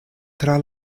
tra